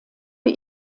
für